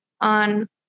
on